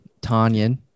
Tanyan